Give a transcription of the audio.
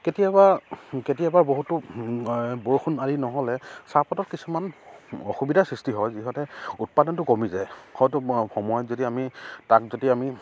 কেতিয়াবা কেতিয়াবা বহুতো বৰষুণ আদি নহ'লে চাহপাতত কিছুমান অসুবিধাৰ সৃষ্টি হয় যিহেতু উৎপাদনটো কমি যায় হয়তো সময়ত যদি আমি তাক যদি আমি